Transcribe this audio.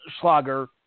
Schlager